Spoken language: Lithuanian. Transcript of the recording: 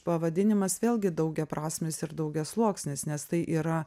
pavadinimas vėlgi daugiaprasmis ir daugiasluoksnis nes tai yra